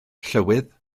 llywydd